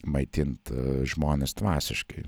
maitint žmones dvasiškai